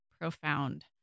profound